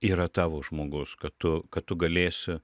yra tavo žmogus kad tu kad tu galėsi